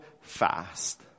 fast